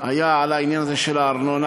היה על העניין הזה של הארנונה,